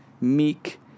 meek